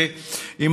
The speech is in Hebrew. זה הכי טוב.